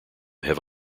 have